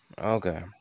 Okay